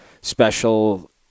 special